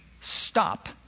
stop